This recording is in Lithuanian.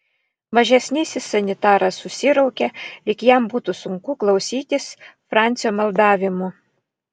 mažesnysis sanitaras susiraukė lyg jam būtų sunku klausytis francio maldavimų